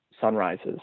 sunrises